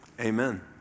Amen